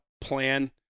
plan